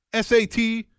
SAT